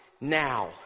now